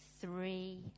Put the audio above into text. three